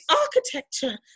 architecture